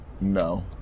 no